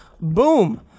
Boom